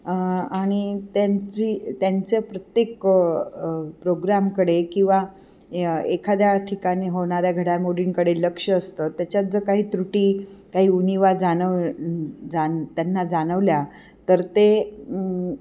आणि त्यांची त्यांचं प्रत्येक प्रोग्रामकडे किंवा एखाद्या ठिकाणी होणाऱ्या घडामोडींकडे लक्ष असतं त्याच्यात जर काही त्रुटी काही उणिवा जानव जान त्यांना जाणवल्या तर ते